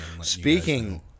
Speaking